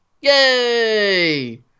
Yay